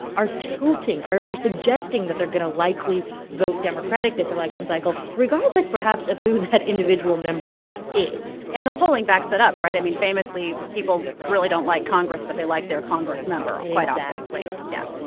are tilting, are are suggesting that they're going to likely vote democratic this election cycle, regardless, perhaps, of who that individual member is and the polling backs it up, right? i mean, famously, people really don't like congress, but they like their congress member quite often exactly yeah.